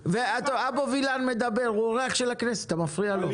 אבו וילן מדבר הוא אורח של הכנסת אתה מפריע לו,